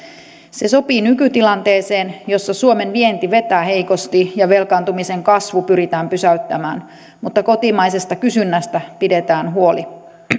se sopii nykytilanteeseen jossa suomen vienti vetää heikosti ja velkaantumisen kasvu pyritään pysäyttämään mutta kotimaisesta kysynnästä pidetään huoli